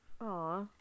Aw